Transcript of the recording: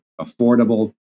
affordable